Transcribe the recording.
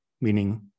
meaning